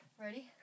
Ready